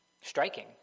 Striking